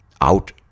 out